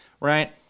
right